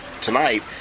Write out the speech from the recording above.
tonight